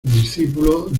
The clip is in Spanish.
discípulo